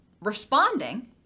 responding